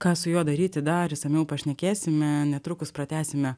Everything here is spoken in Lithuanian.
ką su juo daryti dar išsamiau pašnekėsime netrukus pratęsime